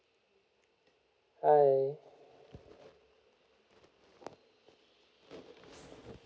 hi